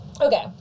okay